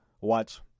watch